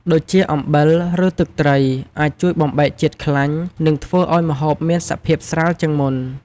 ដូចជា អំបិល ឬទឹកត្រី អាចជួយបំបែកជាតិខ្លាញ់ និងធ្វើឱ្យម្ហូបមានសភាពស្រាលជាងមុន។